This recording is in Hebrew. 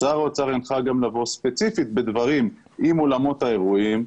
שר האוצר הנחה גם לבוא ספציפית בדברים עם אולמות האירועים,